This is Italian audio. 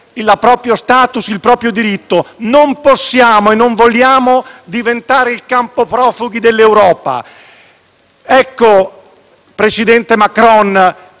il proprio *status* e il proprio diritto. Non possiamo e non vogliamo diventare il campo profughi dell'Europa. Qualcuno vicino al presidente Macron